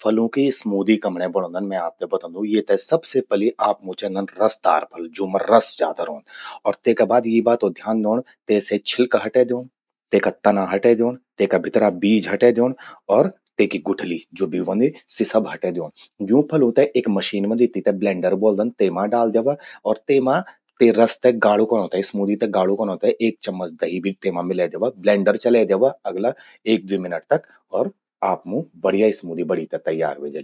फलों की स्मूदी कमण्ये बणौंदन, मैं आपते बतौंदू। येते सबसे पलि आपमूं चेंदन रसदार फल, जूं मां रस ज्यादा रौंद। अर तेका बाद यीं बातो ध्यान धन्न, तेसे छिलका हटै द्योंण, तेका तना हटै द्योंण, तेका भितरा बीज हटै द्योंण और तेकि गुठलि ज्वो भी व्हंदि, सि सब हटै द्योंण। यूं फलों ते एक मशीन व्हंदि तींते ब्लेंडर ब्वोलदन। तेमा डाल द्यवा अर तेमा ते रस से गाड़ू कनौ ते, स्मूदि ते गाड़ू कनौ ते एक चम्मच दही भि तेमा मिलै द्यवा। ब्लेंडर चलै द्यवा अगला एक द्वी मिनट तक और आपमूं बढ़िया स्मूदि बणी ते तैयार व्हे जलि।